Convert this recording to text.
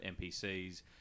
NPCs